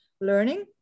learning